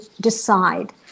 decide